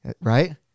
Right